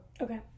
Okay